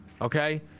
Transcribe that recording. okay